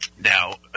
now